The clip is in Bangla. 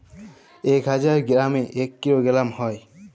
এক হাজার গ্রামে এক কিলোগ্রাম হয়